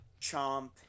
Chomp